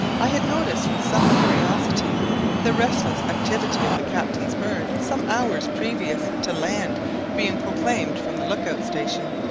i had noticed with some curiosity the restless activity of the captain's bird some hours previous to land being proclaimed from the look-out station.